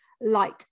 light